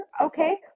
okay